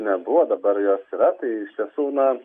nebuvo dabar jos yra tai iš tiesų na